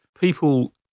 People